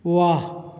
वाह